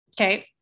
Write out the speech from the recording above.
Okay